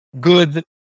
good